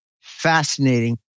Fascinating